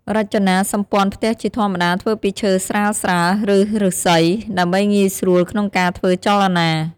រចនាសម្ព័ន្ធផ្ទះជាធម្មតាធ្វើពីឈើស្រាលៗ ឬឫស្សី ដើម្បីងាយស្រួលក្នុងការធ្វើចលនា។